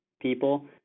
people